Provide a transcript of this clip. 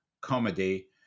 comedy